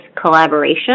collaboration